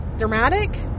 dramatic